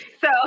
so-